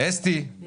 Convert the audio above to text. אני